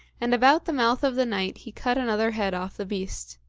and about the mouth of the night he cut another head off the beast.